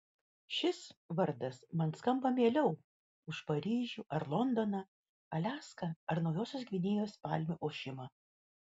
šis vardas man skamba mieliau už paryžių ar londoną aliaską ar naujosios gvinėjos palmių ošimą